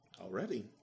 already